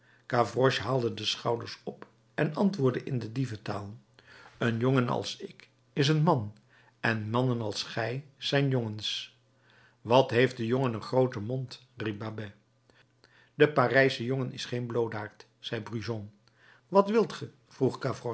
gavroche haalde de schouders op en antwoordde in de dieventaal een jongen als ik is een man en mannen als gij zijn jongens wat heeft die jongen een grooten mond riep babet de parijsche jongen is geen bloodaard zei brujon wat wilt ge